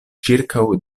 ĉirkaŭ